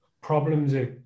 problems